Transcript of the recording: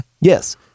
Yes